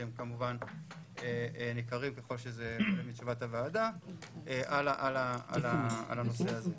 שהם כמובן ניכרים ככל שזה עולה מישיבת הוועדה על הנושא הזה.